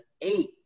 eight